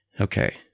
Okay